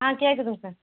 ஆ கேட்குதுங்க சார்